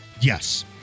Yes